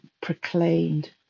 proclaimed